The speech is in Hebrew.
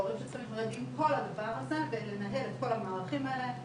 והורים שצריכים להתמודד עם כל הדבר הזה ולנהל את כל המערכים האלה,